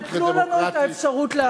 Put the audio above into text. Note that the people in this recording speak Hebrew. אבל תנו לנו את האפשרות להחליט.